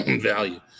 value